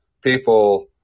people